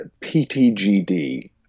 PTGD